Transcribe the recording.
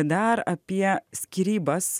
dar apie skyrybas